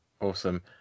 Awesome